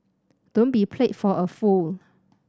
don't be played for a fool